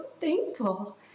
thankful